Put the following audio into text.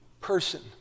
person